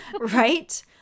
right